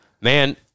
man